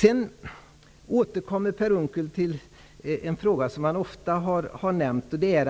Per Unckel återkommer till något som han ofta nämner, nämligen